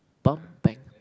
bump back